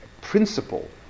principle